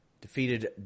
defeated